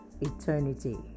eternity